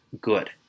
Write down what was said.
good